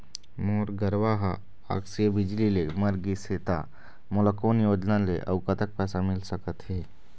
मोर गरवा हा आकसीय बिजली ले मर गिस हे था मोला कोन योजना ले अऊ कतक पैसा मिल सका थे?